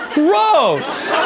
gross!